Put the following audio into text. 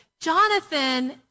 Jonathan